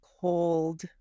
cold